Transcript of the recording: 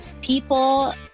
people